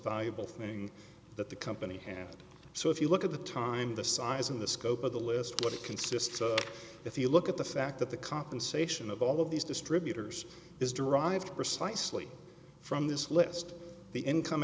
valuable thing that the company had so if you look at the time the size and the scope of the list what it consists of if you look at the fact that the compensation of all of these distributors is derived precisely from this list the income